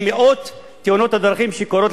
למאות תאונות דרכים שקורות,